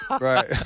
Right